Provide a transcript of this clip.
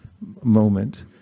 moment